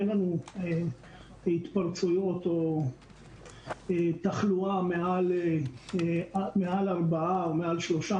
אין לנו התפרצויות או תחלואה מעל ארבעה או מעל שלושה.